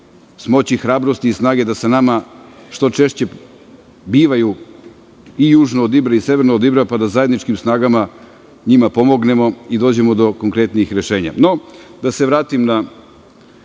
smoći hrabrosti i snage da sa nama što češće bivaju i južno od Ibra i severno od Ibra, pa da zajedničkim snagama njima pomognemo i dođemo do konkretnijih rešenja.No,